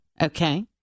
Okay